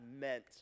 meant